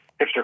hipster